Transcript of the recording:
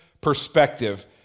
perspective